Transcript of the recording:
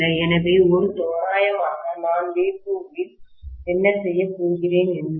எனவே ஒரு தோராயமாக நான் V2 ல் என்ன செய்யப் போகிறேன் என்பது